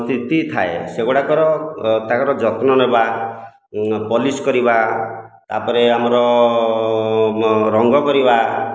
ସ୍ଥିତି ଥାଏ ସେଗୁଡ଼ାକର ତାଙ୍କର ଯତ୍ନ ନେବା ପଲିସ୍ କରିବା ତା'ପରେ ଆମର ରଙ୍ଗ କରିବା